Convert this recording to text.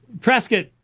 Prescott